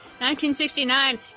1969